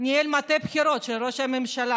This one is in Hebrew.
ניהל את מטה הבחירות של ראש הממשלה,